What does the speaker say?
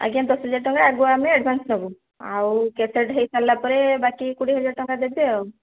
ଆଜ୍ଞା ଦଶ ହଜାର ଟଙ୍କା ଆଗୁଆ ଆମେ ଆଡ଼ଭାନ୍ସ ନେବୁ ଆଉ କ୍ୟାସେଟ୍ ହେଇସାରିଲା ପରେ ବାକି କୋଡ଼ିଏ ହଜାର ଟଙ୍କା ଦେବେ ଆଉ